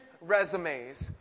resumes